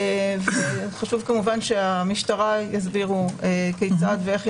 חשוב כמובן שהמשטרה יסבירו כיצד ואיך היא